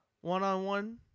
One-on-one